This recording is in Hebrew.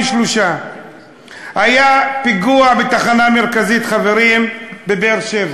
היה פיגוע בתחנה המרכזית, חברים, בבאר-שבע.